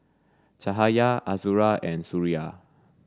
Cahaya Azura and Suria